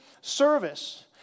service